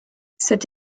cette